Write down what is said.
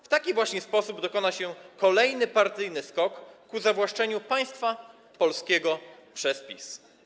W taki właśnie sposób dokona się kolejny partyjny skok ku zawłaszczeniu państwa polskiego przez PiS.